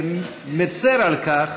ומצר על כך